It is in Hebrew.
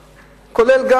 כולל,